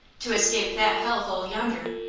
to escape that hell-hole yonder,